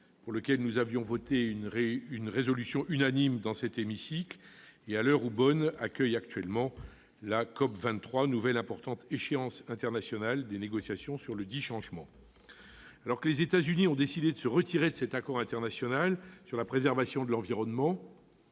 sur lequel nous avons adopté une résolution à l'unanimité dans cet hémicycle, et à l'heure où Bonn accueille la COP23- nouvelle importante échéance internationale des négociations sur le changement climatique. Alors que les États-Unis ont décidé de se retirer de cet accord international sur la préservation de l'environnement,